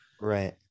right